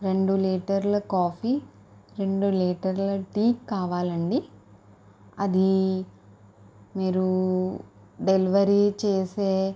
రెండు లీటర్ల కాఫీ రెండు లీటర్ల టీ కావాలండి అదీ మీరు డెలివరీ చేసే